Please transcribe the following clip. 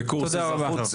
תודה רבה.